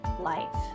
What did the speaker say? life